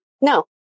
No